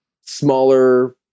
smaller